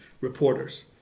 reporters